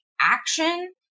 action